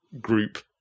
group